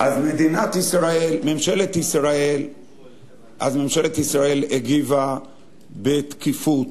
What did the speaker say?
אז ממשלת ישראל הגיבה בתקיפות.